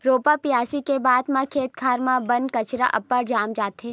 रोपा बियासी के बाद म खेत खार म बन कचरा अब्बड़ जाम जाथे